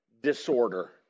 Disorder